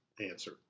answer